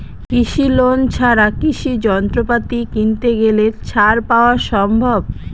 কৃষি লোন ছাড়া কৃষি যন্ত্রপাতি কিনতে গেলে ছাড় পাওয়া সম্ভব?